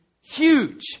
huge